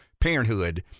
parenthood